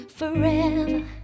forever